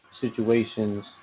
situations